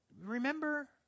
remember